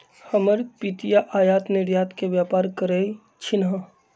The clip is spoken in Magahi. हमर पितिया आयात निर्यात के व्यापार करइ छिन्ह